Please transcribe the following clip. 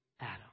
Adam